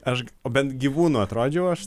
aš o bent gyvūnu atrodžiau aš